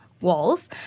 walls